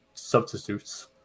substitutes